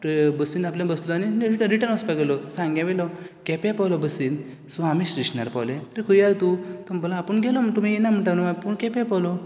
बसीन आपल्या बसलो आनी तो रिटर्न वसपाक गेलो सांग्या वयलो केपें पावलो बसीन सो आमी स्टेशनार पावले तूं खंय आह रे तूं तो म्हणपाक लागलो आपूण गेलो तुमी येयना म्हणटा न्हू आपूण केपे पावलो